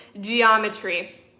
geometry